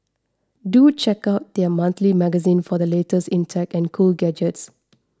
do check out their monthly magazine for the latest in tech and cool gadgets